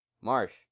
Marsh